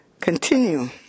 continue